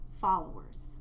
followers